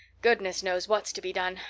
goodness knows what's to be done.